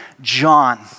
John